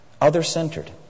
Other-centered